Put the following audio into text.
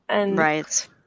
Right